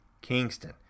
Kingston